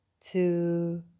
two